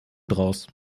daraus